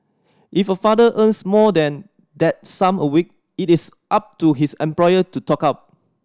if a father earns more than that sum a week it is up to his employer to top up